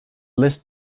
list